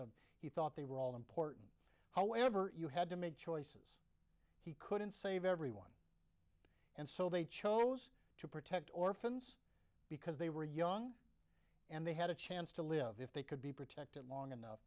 of he thought they were all important however you had to make choices he couldn't save everyone and so they chose to protect orphans because they were young and they had a chance to live if they could be protected long enough